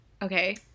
Okay